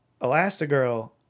Elastigirl